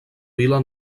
vila